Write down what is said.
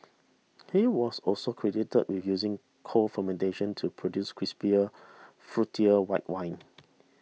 he was also credited with using cold fermentation to produce crisper fruitier white wines